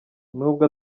nubwo